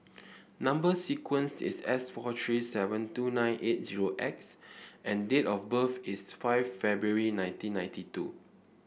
number sequence is S four three seven two nine eight zero X and date of birth is five February nineteen ninety two